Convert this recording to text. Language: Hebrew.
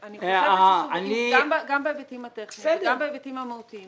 אני חושבת שגם בהיבטים הטכניים וגם בהיבטים המהותיים,